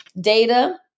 data